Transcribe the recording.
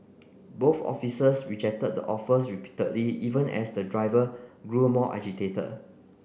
both officers rejected the offers repeatedly even as the driver grew more agitated